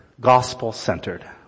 Gospel-centered